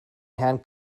herrn